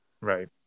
Right